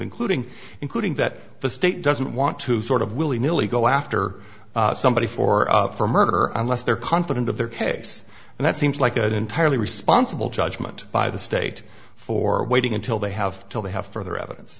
including including that the state doesn't want to sort of willy nilly go after somebody for for murder unless they're confident of their case and that seems like an entirely responsible judgment by the state for waiting until they have till they have furthe